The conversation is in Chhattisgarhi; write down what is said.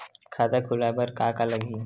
खाता खुलवाय बर का का लगही?